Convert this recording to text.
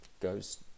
goes